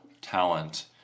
talent